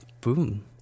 boom